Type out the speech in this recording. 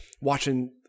watching